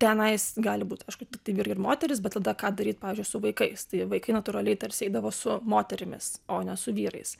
tenais gali būt kažkokie vyrai ir moterys bet tada ką daryt pavyzdžiui su vaikais tai vaikai natūraliai tarsi eidavo su moterimis o ne su vyrais